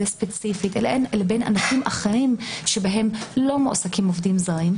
ספציפית לבין ענפים אחרים שבהם לא מועסקים עובדים זרים,